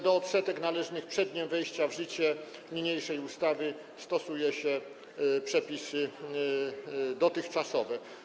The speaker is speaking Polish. Do odsetek należnych przed dniem wejścia w życie niniejszej ustawy stosuje się przepisy dotychczasowe.